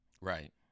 Right